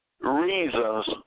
reasons